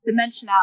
dimensionality